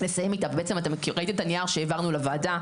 לסיים איתה בעצם אתה ראית את הנייר שהעברנו לוועדה.